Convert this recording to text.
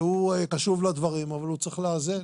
הוא קשוב לדברים, אבל הוא צריך לאזן